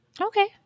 Okay